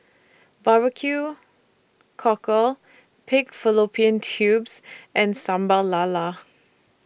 Barbecue Cockle Pig Fallopian Tubes and Sambal Lala